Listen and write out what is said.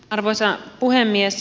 arvoisa puhemies